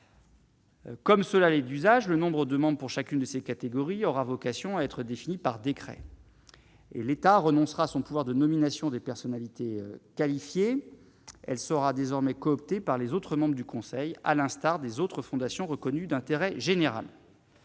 Comme cela l'est d'usage, le nombre demandent pour chacune de ces catégories aura vocation à être définies par décret, et l'État renoncera à son pouvoir de nomination des personnalités qualifiées, elle sera désormais coopté par les autres membres du Conseil, à l'instar des autres fondations reconnues d'intérêt général.